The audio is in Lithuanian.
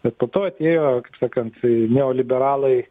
bet po to atėjo sakant neoliberalai